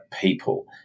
people